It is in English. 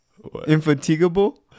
Infatigable